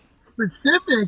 specific